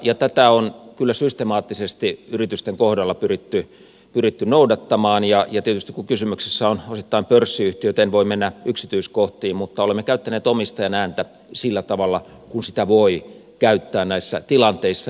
tätä on kyllä systemaattisesti yritysten kohdalla pyritty noudattamaan ja tietysti kun kysymyksessä ovat osittain pörssiyhtiöt en voi mennä yksityiskohtiin mutta olemme käyttäneet omistajan ääntä sillä tavalla kuin sitä voi käyttää näissä tilanteissa